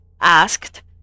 asked